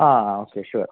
Aaha okay sure